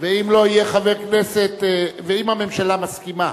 ואם הממשלה מסכימה,